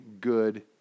good